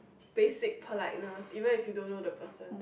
basic politeness even if you don't know the person